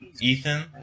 Ethan